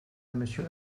monsieur